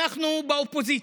אנחנו באופוזיציה,